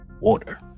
water